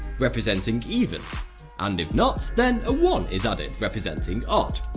representing even and if not, then a one is added, representing odd.